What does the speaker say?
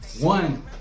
One